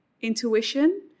intuition